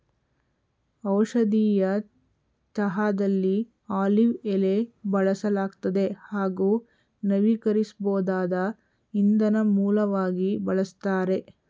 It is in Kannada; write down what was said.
ಔಷಧೀಯ ಚಹಾದಲ್ಲಿ ಆಲಿವ್ ಎಲೆ ಬಳಸಲಾಗ್ತದೆ ಹಾಗೂ ನವೀಕರಿಸ್ಬೋದಾದ ಇಂಧನ ಮೂಲವಾಗಿ ಬಳಸ್ತಾರೆ